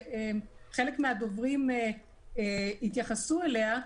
שחלק מהדוברים התייחסו אליה,